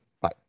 Bye